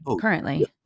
currently